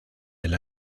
del